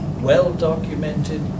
well-documented